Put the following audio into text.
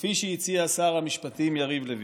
כפי שהציע שר המשפטים יריב לוין.